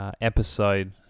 episode